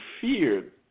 feared